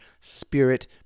spirit